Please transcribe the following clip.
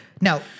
Now